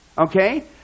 Okay